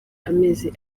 amezi